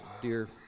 dear